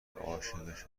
عاشقش